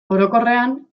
orokorrean